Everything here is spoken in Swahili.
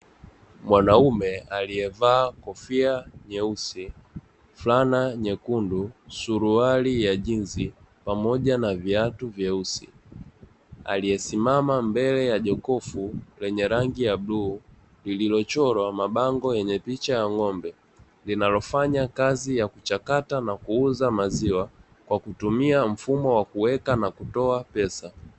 Mwanaume aliyevaa kofia nyeusi, fulana nyekundu, suruali ya jinzi pamoja na viatu vyeusi. Aliyesimama mbele ya jokofu lenye rangi ya bluu lililochorwa mabango yenye picha ya ng'ombe. Linalofanya kazi ya kuchakata na kuuza maziwa kwa kutumia mfumo wa kuweka na kutoa pesa.